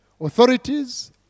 authorities